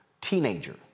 teenager